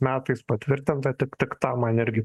metais patvirtinta tik tik tą man irgi